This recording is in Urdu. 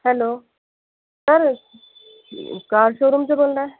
hello sir car showroom سے بول رہے ہیں